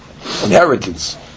inheritance